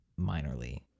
minorly